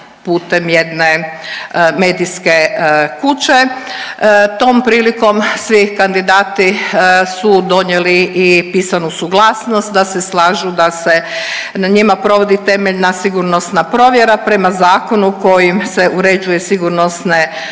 putem jedne medijske kuće. Tom prilikom svi kandidati su donijeli i pisanu suglasnost da se slažu da se nad njima provodi temeljna sigurnosna provjera prema zakonu kojim se uređuje sigurnosne